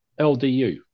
LDU